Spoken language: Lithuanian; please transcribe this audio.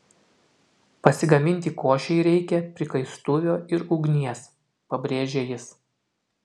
pasigaminti košei reikia prikaistuvio ir ugnies pabrėžė jis